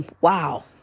wow